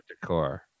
decor